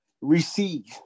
Receive